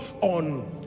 on